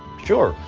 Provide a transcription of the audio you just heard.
sure,